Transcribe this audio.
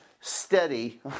steady